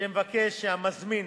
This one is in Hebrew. שמבקש שהמזמין